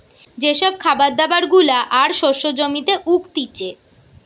যে সব খাবার দাবার গুলা আর শস্য জমিতে উগতিচে